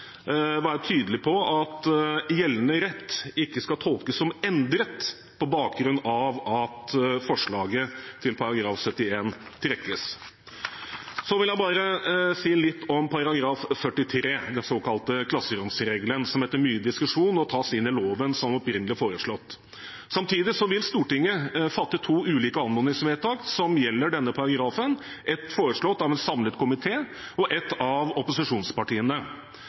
tydelig på at gjeldende rett ikke skal tolkes som endret på bakgrunn av at forslaget fra proposisjonen til § 71 trekkes. Så vil jeg si litt om § 43, den såkalte klasseromsregelen, som etter mye diskusjon nå tas inn i loven som opprinnelig foreslått. Samtidig vil Stortinget fatte to ulike anmodningsvedtak som gjelder denne paragrafen, ett foreslått av en samlet komité og ett av opposisjonspartiene.